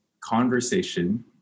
conversation